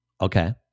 Okay